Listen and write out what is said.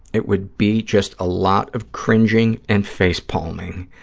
it would be just a lot of cringing and face-palming.